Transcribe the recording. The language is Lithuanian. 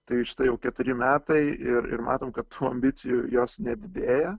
tai štai jau keturi metai ir ir matom kad ambicijų jos nedidėja